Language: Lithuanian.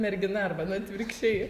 mergina arba na atvirkščiai